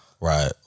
Right